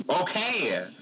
okay